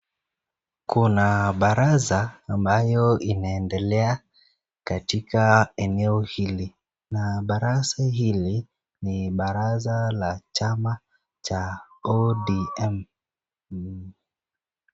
Kuna baraza ambalo linaendelea katika eneo hili na baraza hili ni baraza la chama cha ODM .